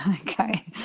Okay